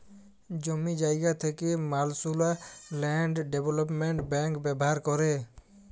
জমি জায়গা থ্যাকা মালুসলা ল্যান্ড ডেভলোপমেল্ট ব্যাংক ব্যাভার ক্যরে